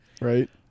Right